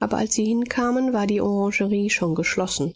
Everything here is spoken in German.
aber als sie hinkamen war die orangerie schon geschlossen